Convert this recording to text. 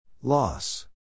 Loss